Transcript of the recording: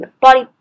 body